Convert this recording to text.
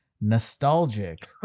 nostalgic